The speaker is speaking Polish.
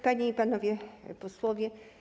Panie i Panowie Posłowie!